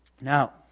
Now